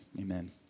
Amen